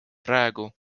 praegu